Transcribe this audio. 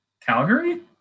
Calgary